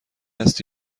است